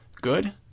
good